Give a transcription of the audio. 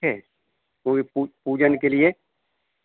है कोई पूजन के लिए